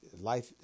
life